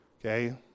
Okay